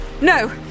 No